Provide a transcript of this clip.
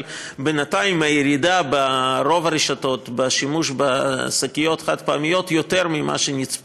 הירידה ברוב הרשתות בשימוש בשקיות החד-פעמיות גדולה ממה שנצפה.